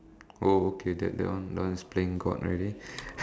oh okay that that one that one is playing God already